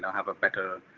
have a better,